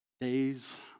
Days